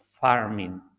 farming